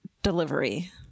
delivery